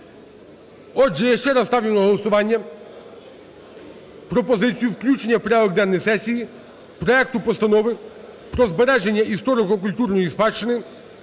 Отже, я ще раз ставлю на голосування пропозицію включення в порядок денний сесії проекту Постанови про збереження історико-культурної спадщини